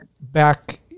back